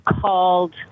called